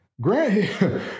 Grant